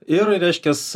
ir reiškias